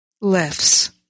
lifts